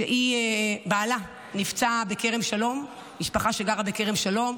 שבעלה נפצע בכרם שלום, משפחה שגרה בכרם שלום.